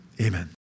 amen